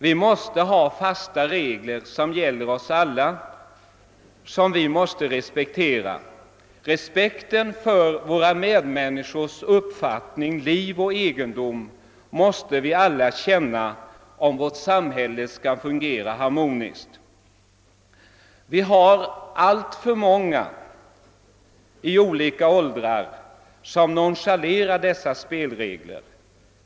Vi måste ha fasta regler som gäller oss alla och som vi respekterar. Respekten för våra medmänniskors uppfattning, liv och egendom måste vi alla känna, om vårt samhälle skall fungera harmoniskt. Det finns alltför många i olika åldrar som nonchalerar dessa spelregler.